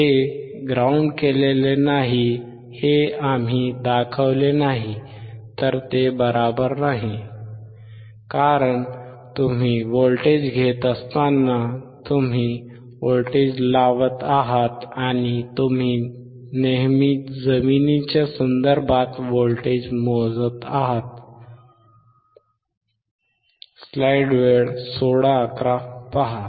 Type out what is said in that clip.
ते ग्राउंड केलेले नाही हे आम्ही दाखवले नाही तर ते बरोबर नाही कारण तुम्ही व्होल्टेज घेत असताना तुम्ही व्होल्टेज लावत आहात आणि तुम्ही नेहमी जमिनीच्या संदर्भात व्होल्टेज मोजत आहात